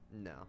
No